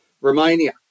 Romania